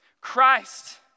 Christ